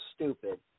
Stupid